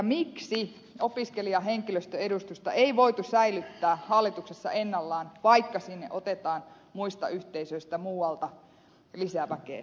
miksi opiskelija ja henkilöstöedustusta ei voitu säilyttää hallituksessa ennallaan vaikka sinne otetaan muista yhteisöistä muualta lisää väkeä